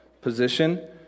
position